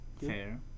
fair